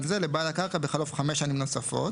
זה לבעל הקרקע בחלוף חמש שנים נוספות,